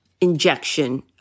injection